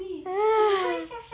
ha